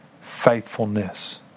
faithfulness